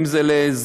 אם זה לזנות,